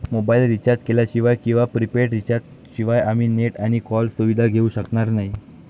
mobile recharge केल्याशिवाय किंवा prepaid recharge शिवाय आम्ही नेट आणि कॉल सुविधा घेऊ शकणार नाही